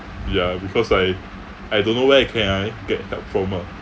ya because I I don't know where can I get that from ah